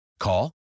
Call